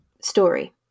story